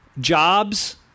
jobs